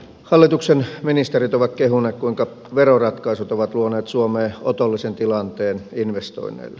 hallituksen ministerit ovat kehuneet kuinka veroratkaisut ovat luoneet suomeen otollisen tilanteen investoinneille